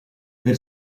per